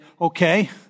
okay